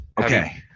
okay